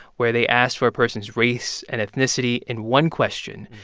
where they ask for a person's race and ethnicity in one question.